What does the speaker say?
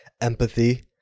empathy